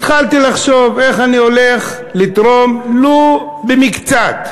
התחלתי לחשוב איך אני הולך לתרום, ולו במקצת,